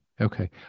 Okay